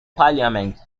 parliament